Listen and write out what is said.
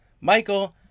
Michael